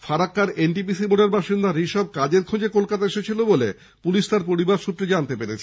ফারাক্কার NTPC মোড়ের বাসিন্দা ঋষভ কাজের খোঁজে কলকাতা এসেছিল বলে পুলিশ পরিবার সৃত্রে জানতে পেরেছে